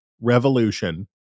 revolution